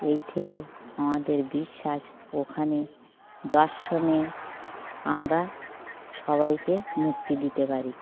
এই থেকে আমাদের বিশ্বাস ওখানে দর্শনে আমরা সবাইকে মুূক্তি দিতে পারি